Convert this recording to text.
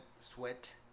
sweat